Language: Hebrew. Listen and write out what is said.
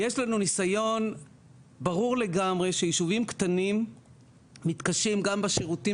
יש לנו ניסיון ברור לגמרי שיישובים קטנים מתקשים גם בשירותים